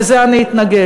לזה אני אתנגד,